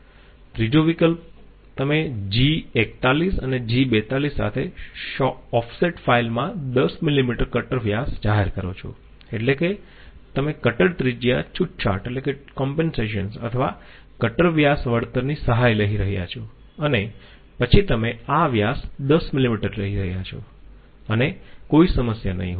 ત્રીજો વિકલ્પ તમે G41 અને G42 સાથે ઑફસેટ ફાઈલ માં 10 મિલીમીટર કટર વ્યાસ જાહેર કરો છો એટલે કે તમે કટર ત્રિજ્યા છૂટછાટ અથવા કટર વ્યાસ વળતરની સહાય લઈ રહ્યા છો અને પછી તમે આ વ્યાસ 10 મિલીમીટર લઈ રહ્યા છો અને કોઈ સમસ્યા નહીં હોય